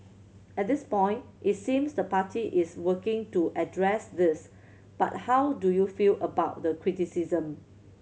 at this point it seems the party is working to address this but how do you feel about the criticism